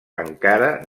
encara